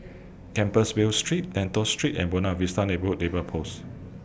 Compassvale Street Lentor Street and Buona Vista Neighbourhood neighbor Post